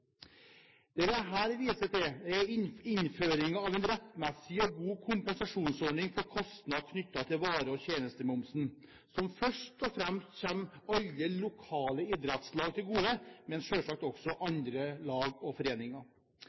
Det det her vises til, er innføringen av en rettmessig og god kompensasjonsordning for kostnader knyttet til vare- og tjenestemomsen, som først og fremst kommer alle lokale idrettslag til gode, men selvsagt også andre lag og foreninger.